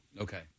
Okay